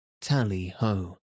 tally-ho